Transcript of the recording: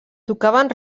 tocaven